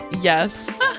yes